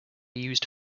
used